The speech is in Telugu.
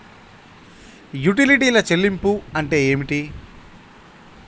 యుటిలిటీల చెల్లింపు అంటే ఏమిటి?